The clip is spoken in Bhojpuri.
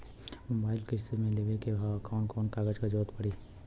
मोबाइल किस्त मे लेवे के ह कवन कवन कागज क जरुरत पड़ी?